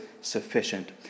sufficient